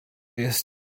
jest